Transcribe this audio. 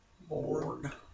Board